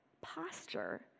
posture